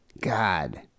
God